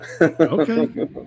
Okay